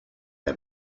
the